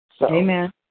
Amen